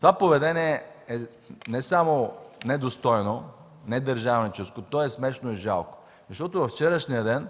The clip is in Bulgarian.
Това поведение е не само недостойно, недържавническо, то е смешно и жалко. Във вчерашния ден